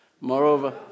Moreover